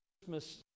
christmas